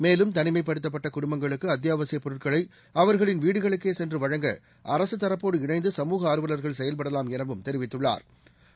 மேலும் தனிமைப்படுத்தப்பட்ட குடும்பங்களுக்கு அத்தியாவசியப் பொருட்களை அவர்களின் வீடுகளுக்கே சென்று வழங்க அரசு தரப்போடு இணைந்து சமூக ஆர்வலா்கள் செயல்படலாம் எனவும் தெரிவித்துள்ளா்